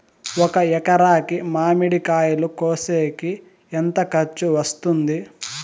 ఒక ఎకరాకి మామిడి కాయలు కోసేకి ఎంత ఖర్చు వస్తుంది?